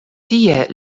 tie